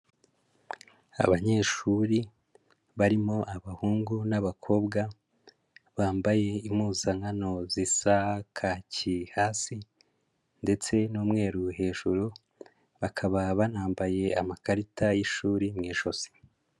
Abanyeshuri barimo abahungu n'abakobwa, bambaye impuzankano zisa kaki hasi ndetse n'umweru hejuru, bakaba banambaye amakarita y'ishuri mu ijosi.